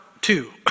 two